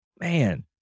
Man